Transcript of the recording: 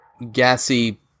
gassy